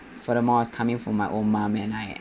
furthermore it's coming from my own mom and I